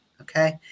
Okay